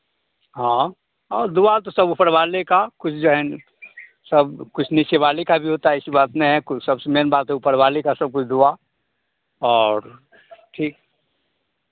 हाँ और दुआ तो सब ऊपर वाले का कुछ जो है सब कुछ नीचे वाले का भी होता है ऐसी कोई बात नहीं है कोई सबसे मेन बात है ऊपर वाले का सब कुछ दुआ और ठीक